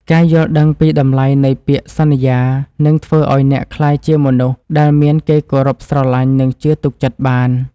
ការយល់ដឹងពីតម្លៃនៃពាក្យសន្យានឹងធ្វើឱ្យអ្នកក្លាយជាមនុស្សដែលមានគេគោរពស្រឡាញ់ និង ជឿទុកចិត្តបាន។